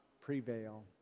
prevail